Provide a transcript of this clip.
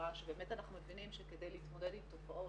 כשאנחנו רואים את הוזלת היד שלש הפרקליטות,